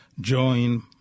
join